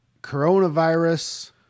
coronavirus